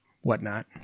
whatnot